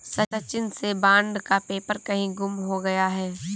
सचिन से बॉन्ड का पेपर कहीं गुम हो गया है